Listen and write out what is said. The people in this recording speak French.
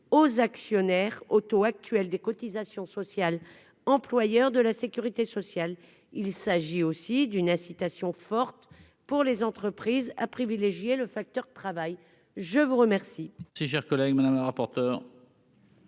aux actionnaires au taux actuel des cotisations sociales employeurs de la sécurité sociale, il s'agit aussi d'une incitation forte pour les entreprises à privilégier le facteur travail je vous remercie.